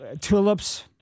tulips